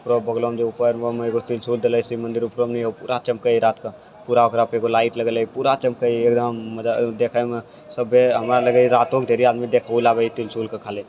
ओकरो बगलोमे उपरमे जे शिव मन्दिर पूरा चमकै है रातिके पूरा ओकरापर लाइट लागल है पूरा चमकै है एकदम मतलब देखैमे सभे रातोमे ढ़ेरिक आदमी देखै लए आबै है त्रिशूलके खाली